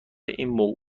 این